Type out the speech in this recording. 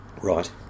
Right